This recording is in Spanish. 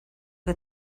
que